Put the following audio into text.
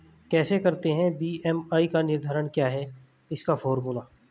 कैसे करते हैं बी.एम.आई का निर्धारण क्या है इसका फॉर्मूला?